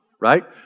Right